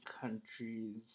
countries